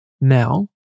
Now